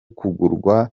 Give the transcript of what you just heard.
kugurwa